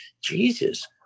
Jesus